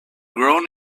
grown